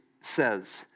says